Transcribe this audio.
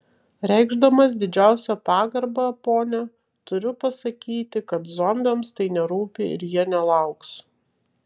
reikšdamas didžiausią pagarbą ponia turiu pasakyti kad zombiams tai nerūpi ir jie nelauks